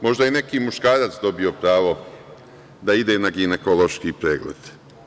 Možda je i neki muškarac dobio pravo da ide na ginekološki pregled.